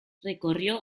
recorrió